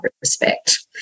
Respect